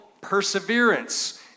perseverance